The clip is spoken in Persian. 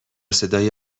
صدای